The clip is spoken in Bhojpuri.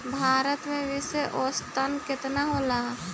भारत में वर्षा औसतन केतना होला?